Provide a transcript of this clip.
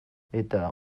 eta